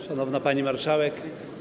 Szanowna Pani Marszałek!